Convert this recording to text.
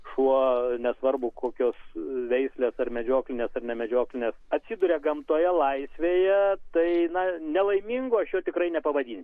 šuo nesvarbu kokios veislės ar medžioklinės nemedžioklinės atsiduria gamtoje laisvėje tai na nelaimingu aš jo tikrai nepavadinsiu